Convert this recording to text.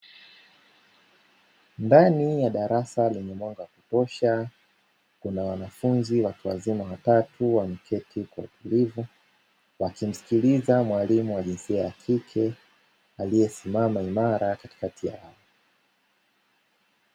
Ndani ya darasa lenye mwanga wa kutosha kuna wanafunzi watu wazima watatu, wameketi kwa utulivu wa kimsikiliza mwalimu wa jinsia ya kike aliyesimama imara katikati yao.